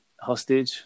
Hostage